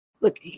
Look